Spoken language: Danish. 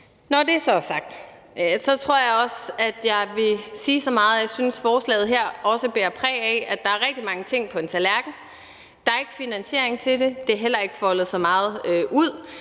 Når det så er sagt, tror jeg også, jeg vil sige så meget, at jeg også synes, at forslaget her bærer præg af, at der er rigtig mange ting på tallerkenen. Der er ikke finansiering til det, det er heller ikke foldet så meget ud,